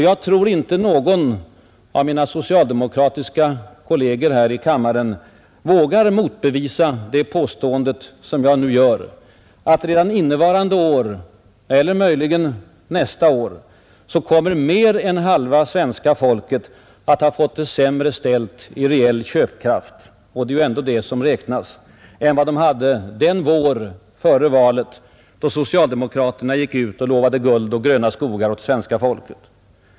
Jag tror inte att någon av mina socialdemokratiska kolleger här i kammaren vågar motbevisa det påstående jag nu gör, att redan innevarande år eller möjligen nästa år kommer mer än halva svenska folket att ha fått det sämre ställt i reell köpkraft — och det är ju ändå det som räknas — än vad de hade den vår före valet då socialdemokraterna gick ut och lovade guld och gröna skogar åt svenska folket.